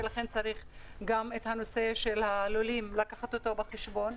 ולכן צריך גם את הנושא של הלולים לקחת בחשבון,